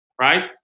right